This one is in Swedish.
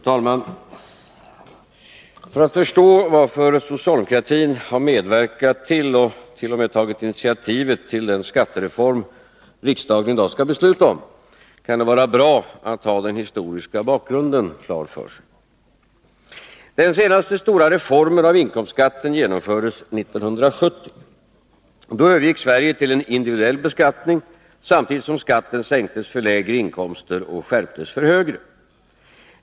Fru talman! För att förstå varför socialdemokratin har medverkat till, och t.o.m. tagit initiativet till den skattereform riksdagen i dag skall besluta om kan det vara bra att ha den historiska bakgrunden klar för sig. Den senaste stora reformen av inkomstskatten genomfördes 1970. Då övergick Sverige till en individuell beskattning, samtidigt som skatten sänktes för lägre inkomster och skärptes för högre.